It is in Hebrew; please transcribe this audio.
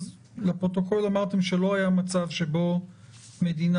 אז לפרוטוקול אמרתם שלא היה מצב שבו מדינה